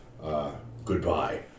Goodbye